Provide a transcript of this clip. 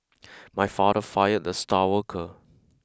my father fired the star worker